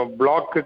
block